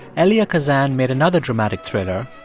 elia kazan made another dramatic thriller,